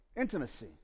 Intimacy